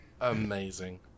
Amazing